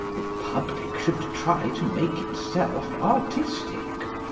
the public should try to make itself artistic.